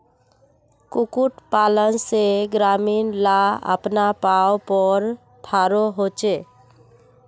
कुक्कुट पालन से ग्रामीण ला अपना पावँ पोर थारो होचे